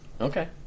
Okay